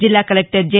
జిల్లా collector J